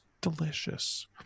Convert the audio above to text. delicious